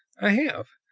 i have.